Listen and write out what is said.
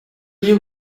you